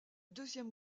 deuxième